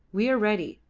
we are ready,